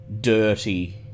dirty